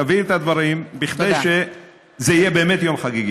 תבהיר את הדברים כדי שזה יהיה באמת יום חגיגי.